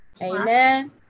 amen